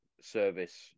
service